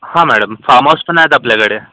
हां madam farm house पण आहेत आपल्याकडे